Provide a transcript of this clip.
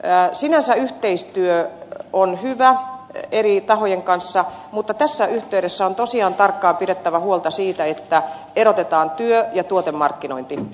sinänsä yhteistyö on hyvä eri tahojen kanssa mutta tässä yhteydessä on tosiaan tarkkaan pidettävä huolta siitä että erotetaan työ ja tuotemarkkinointi